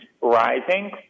rising